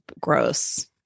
gross